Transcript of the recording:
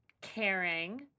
Caring